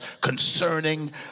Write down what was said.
concerning